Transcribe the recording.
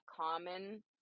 common